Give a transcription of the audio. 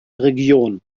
region